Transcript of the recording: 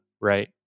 right